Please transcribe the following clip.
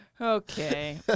Okay